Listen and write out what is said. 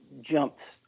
jumped